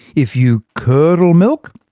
if you curdle milk,